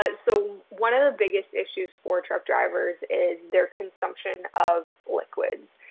but so one of the biggest issues for truck drivers is their consumption of liquids.